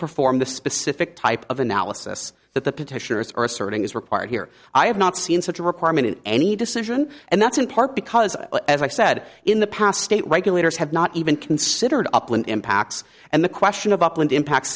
perform the specific type of analysis that the petitioners are asserting is required here i have not seen such a requirement in any decision and that's in part because as i said in the past state regulators have not even considered upland impacts and the question of upland impact